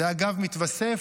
זה, אגב, מתווסף,